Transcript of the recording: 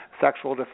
sexual